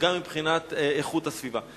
וגם מבחינת איכות הסביבה.